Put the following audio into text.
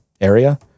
area